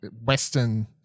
Western